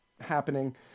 happening